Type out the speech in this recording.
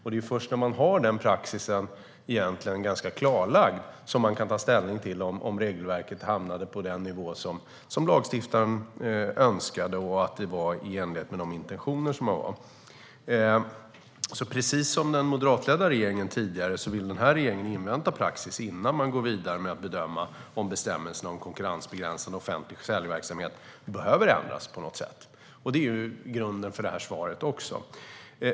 Det är först när man har fått praxisen klarlagd som man kan ta ställning till om regelverket hamnade på den nivå som lagstiftaren önskade och om det var i enlighet med de intentioner som fanns. Regeringen vill, precis som den tidigare moderatledda regeringen, invänta praxis innan vi går vidare med att bedöma om bestämmelserna om konkurrensbegränsande offentlig säljverksamhet behöver ändras på något sätt. Det är grunden för detta svar.